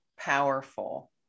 powerful